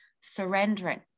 surrendering